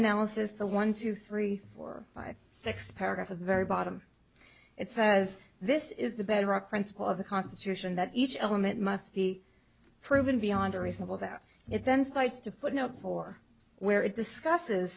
analysis the one two three four five six paragraph of the very bottom it says this is the bedrock principle of the constitution that each element must be proven beyond a reasonable doubt it then cites to put no four where it discusses